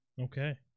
Okay